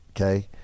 Okay